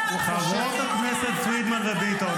חברות הכנסת פרידמן וביטון,